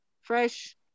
Fresh